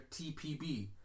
TPB